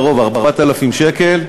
לרוב של 4,000 שקל,